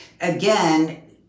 again